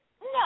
no